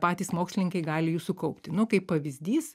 patys mokslininkai gali jų sukaupti nu kaip pavyzdys